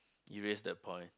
erase that point